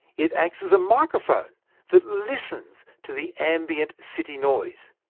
it acts as a microphone that listens to the ambient city noise.